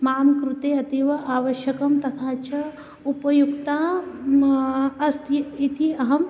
मां कृते अतीव आवश्यकं तथा च उपयुक्ता अस्ति इति अहम्